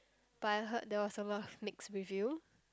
but I heard there was a lot of mixed review